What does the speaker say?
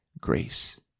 grace